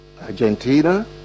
Argentina